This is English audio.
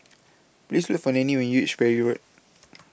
Please Look For Nannie when YOU REACH Parry Road